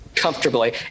Comfortably